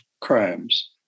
crimes